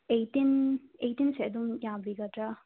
ꯑꯩꯇꯤꯟ ꯑꯩꯇꯤꯟꯁꯦ ꯑꯗꯨꯝ ꯌꯥꯕꯤꯒꯗ꯭ꯔꯥ